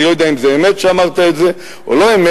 אני לא יודע אם זו אמת שאמרת את זה או לא-אמת,